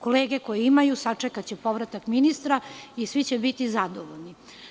Kolege koje imaju sačekaće povratak ministra i svi će biti zadovoljni.